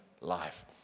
life